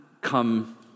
come